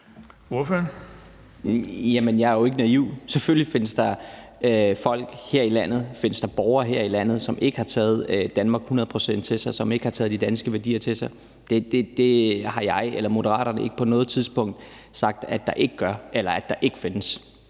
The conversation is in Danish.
Rona (M): Jamen jeg er jo ikke naiv. Selvfølgelig findes der folk her i landet, borgere her i landet, som ikke har taget Danmark hundrede procent til sig; som ikke har taget de danske værdier til sig. Det har hverken jeg eller Moderaterne på noget tidspunkt sagt at der ikke gør, eller at der ikke findes.